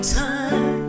time